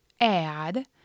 add